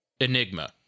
enigma